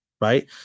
right